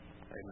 Amen